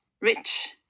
Rich